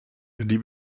die